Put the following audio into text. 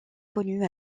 connu